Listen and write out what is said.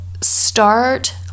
start